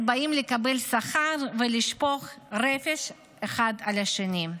באים לקבל שכר ולשפוך רפש אחד על השני.